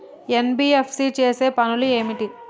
NBFC చేసే పనులు ఏమిటి?